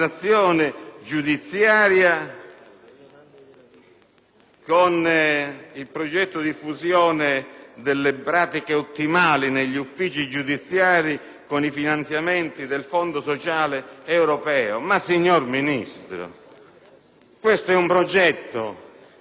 con il progetto di fusione delle pratiche ottimali negli uffici giudiziari con i finanziamenti del Fondo sociale europeo. Ma, signor Ministro, questo è un progetto che le abbiamo lasciato: non può venire